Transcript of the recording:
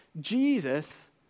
Jesus